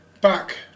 Back